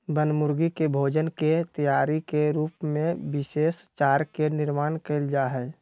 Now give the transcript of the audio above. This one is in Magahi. बनमुर्गी के भोजन के तैयारी के रूप में विशेष चारा के निर्माण कइल जाहई